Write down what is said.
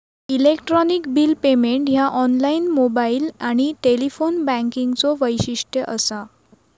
electronic bill payment ह्या online, mobile आणि telephone बँकिंगचो वैशिष्ट्य असा